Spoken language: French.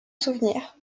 souvenir